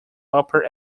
upper